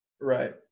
Right